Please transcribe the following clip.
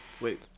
Wait